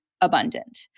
abundant